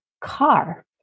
car